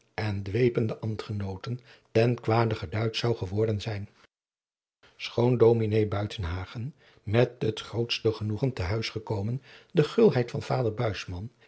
en dweepende ambtgenooten ten kwade geduid zou geworden zijn schoon ds buitenhagen met het grootst genoegen te huis gekomen de gulheid van vader